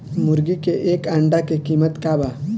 मुर्गी के एक अंडा के कीमत का बा?